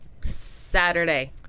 Saturday